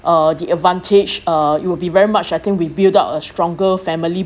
uh the advantage uh it will be very much I think we build up a stronger family